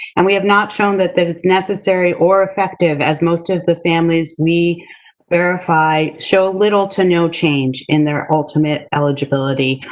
and we have not shown that that is necessary or effective, as most of the families we verify show little to no change in their ultimate eligibility,